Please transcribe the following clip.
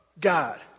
God